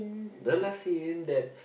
the last scene that